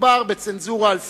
מדובר בצנזורה על סגנון,